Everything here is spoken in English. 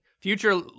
Future